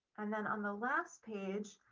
and then on the last page,